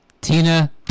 Tina